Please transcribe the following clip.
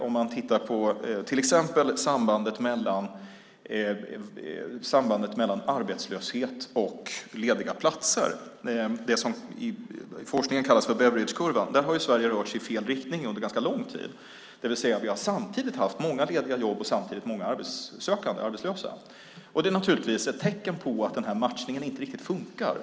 Om man tittar på till exempel sambandet mellan arbetslöshet och lediga platser - det som i forskningen kallas för Beveridgekurvan - ser man att Sverige har rört sig i fel riktning under ganska lång tid. Vi har haft många lediga jobb och samtidigt många arbetssökande och arbetslösa. Det är naturligtvis ett tecken på att den här matchningen inte riktigt funkar.